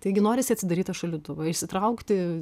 taigi norisi atidaryt tą šaldytuvą išsitraukti